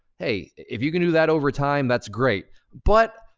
hey, if you can do that over time, that's great. but,